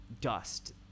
dust